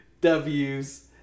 Ws